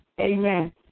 Amen